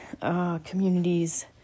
communities